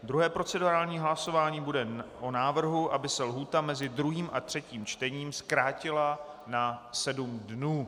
Druhé procedurální hlasování bude o návrhu, aby se lhůta mezi druhým a třetím čtením zkrátila na sedm dnů.